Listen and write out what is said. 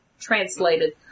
translated